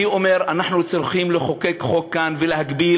אני אומר: אנחנו צריכים לחוקק כאן חוק ולהגביל